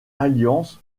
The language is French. alliances